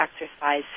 exercise